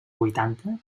vuitanta